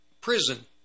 prison